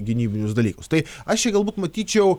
gynybinius dalykus tai aš čia galbūt matyčiau